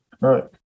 Right